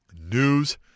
news